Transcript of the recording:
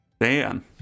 dan